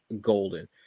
golden